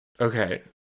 Okay